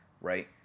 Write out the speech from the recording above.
right